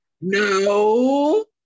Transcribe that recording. No